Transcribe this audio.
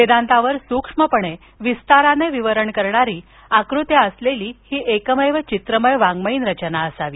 वेदांतावर सूक्ष्मपणे विस्ताराने विवरण करणारी आकृत्या असलेली ही एकमेव चित्रमय वाङ्क्यीन रचना असावी